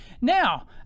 Now